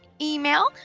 email